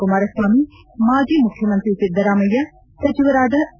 ಕುಮಾರ ಸ್ವಾಮಿ ಮಾಜಿ ಮುಖ್ಜಮಂತ್ರಿ ಸಿದ್ದರಾಮಯ್ಯ ಸಚಿವರಾದ ಸಿ